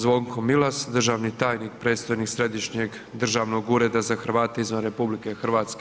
Zvonko Milas, državni tajnik, predstojnik Središnjeg državnog ureda za Hrvate izvan RH.